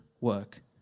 work